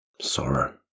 sorrow